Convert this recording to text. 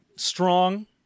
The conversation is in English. Strong